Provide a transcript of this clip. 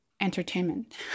entertainment